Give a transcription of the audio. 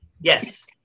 Yes